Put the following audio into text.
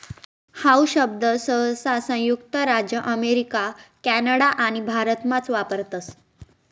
how शब्द सहसा संयुक्त राज्य अमेरिका कॅनडा आणि भारतमाच वापरतस